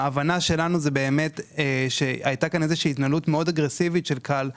ההבנה שלנו היא שהייתה התנהלות מאוד אגרסיבית של כאל,